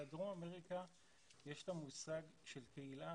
בדרום אמריקה יש את המושג של קהילה.